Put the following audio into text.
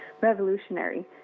revolutionary